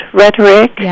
rhetoric